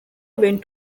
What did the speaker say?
went